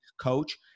coach